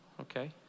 Okay